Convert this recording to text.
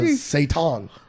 Satan